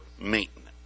maintenance